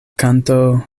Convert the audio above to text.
kanto